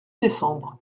décembre